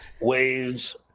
Waves